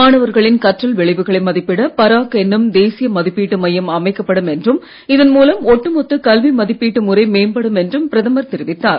மாணவர்களின் கற்றல் விளைவுகளை மதிப்பிட பராக் என்னும் தேசிய மதிப்பீட்டு மையம் அமைக்கப்படும் என்றும் இதன் மூலம் ஒட்டுமொத்த கல்வி மதிப்பீட்டு முறை மேம்படும் என்றும் பிரதமர் தெரிவித்தார்